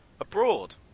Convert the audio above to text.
abroad